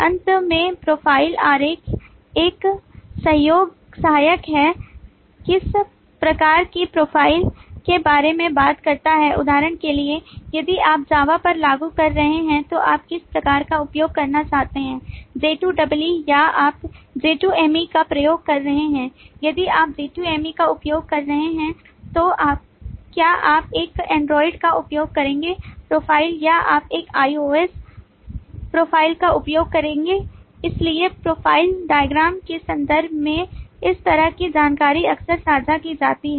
अंत में प्रोफाइल आरेख एक सहायक है जो किस प्रकार की प्रोफ़ाइल के बारे में बात करता है उदाहरण के लिए यदि आप जावा पर लागू कर रहे हैं तो आप किस प्रकार का उपयोग करना चाहते हैं J2EE या आप J2ME का उपयोग कर रहे हैं यदि आप J2ME का उपयोग कर रहे हैं तो क्या आप एक Android का उपयोग करेंगे प्रोफ़ाइल या आप एक IOS प्रोफ़ाइल का उपयोग करेंगे इसलिए प्रोफ़ाइल डायग्राम के संदर्भ में इस तरह की जानकारी अक्सर साझा की जाती है